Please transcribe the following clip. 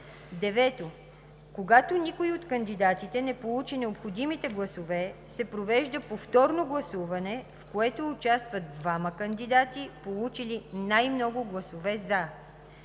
9. Когато никой от кандидатите не получи необходимите гласове, се провежда повторно гласуване, в което участват двамата кандидати, получили най-много гласове „за“.